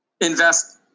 Invest